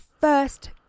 first